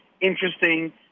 interesting